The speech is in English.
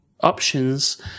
options